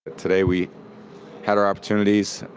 today, we had our opportunities.